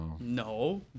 No